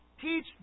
teach